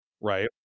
Right